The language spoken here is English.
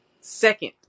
second